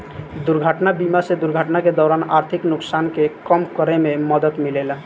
दुर्घटना बीमा से दुर्घटना के दौरान आर्थिक नुकसान के कम करे में मदद मिलेला